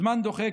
הזמן דוחק.